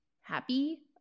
Happy